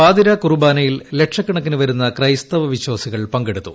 പാതിരാകുറുബാനയിൽ ലക്ഷക്കണക്കിനു വരുന്ന ക്രൈസ്തവ വിശ്വാസികൾ പങ്കെടുത്തു